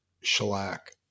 shellac